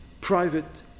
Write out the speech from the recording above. private